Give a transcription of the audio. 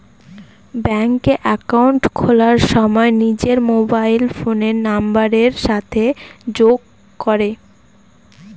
ব্যাঙ্কে একাউন্ট খোলার সময় নিজের মোবাইল ফোনের নাম্বারের সাথে যোগ করে